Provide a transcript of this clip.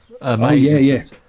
amazing